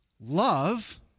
love